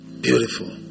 beautiful